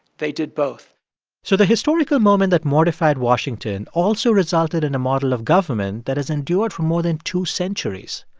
they did both so the historical moment that mortified washington also resulted in a model of government that has endured for more than two centuries.